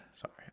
sorry